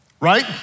right